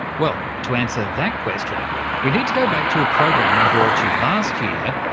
well, to answer that question we need to go back to a program we brought you last year,